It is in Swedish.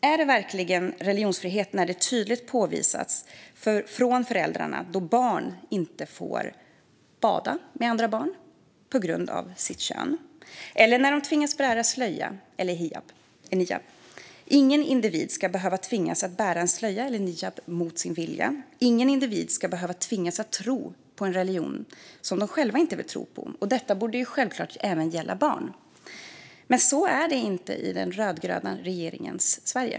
Är det verkligen religionsfrihet när föräldrar inte tillåter barn att bada med andra barn på grund av barnets kön eller när barnet tvingas bära slöja eller niqab? Ingen individ ska tvingas bära slöja eller en niqab mot sin vilja. Ingen individ ska tvingas tro på en religion man själv inte vill tro på. Detta borde givetvis även gälla barn. Men så är det inte i den rödgröna regeringens Sverige.